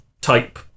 type